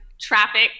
traffic